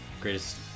greatest